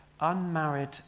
unmarried